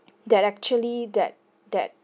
that actually that that